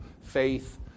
faith